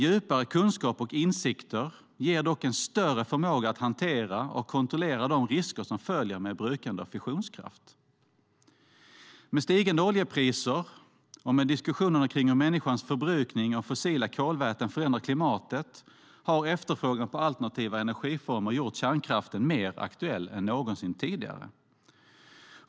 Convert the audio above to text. Djupare kunskap och insikter ger dock en större förmåga att hantera och kontrollera de risker som följer med brukande av fissionskraft. Med stigande oljepriser och diskussionerna kring hur människans förbrukning av fossila kolväten förändrar klimatet har efterfrågan på alternativa energiformer gjort kärnkraften mer aktuell än någonsin tidigare.